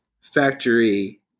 factory